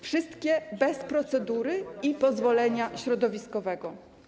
Wszystkie bez procedury i pozwolenia środowiskowego.